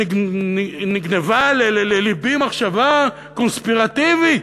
נתגנבה ללבי מחשבה קונספירטיבית,